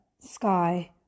sky